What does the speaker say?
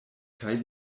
kaj